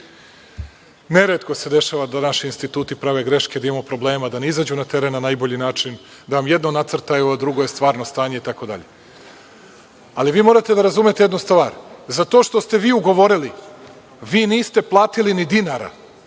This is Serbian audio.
neretko se dešava da naši instituti prave greške, da imamo problema, da ne izađu na teren na najbolji način, da jedno nacrtaju, a drugo je stvarno stanje, itd. Ali vi morate da razumete jednu stvar, za to što ste vi govorili, vi niste platili ni dinara,